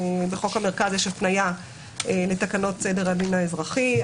בחוק המרכז יש הפניה לתקנות סדר הדין האזרחי.